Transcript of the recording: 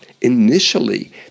initially